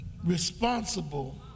Responsible